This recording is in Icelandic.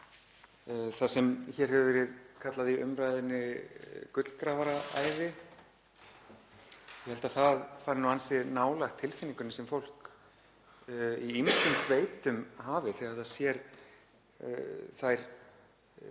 Það sem hér hefur verið kallað í umræðunni gullgrafaraæði held ég að fari nú ansi nálægt tilfinningunni sem fólk í ýmsum sveitum hefur þegar það sér þær